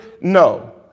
No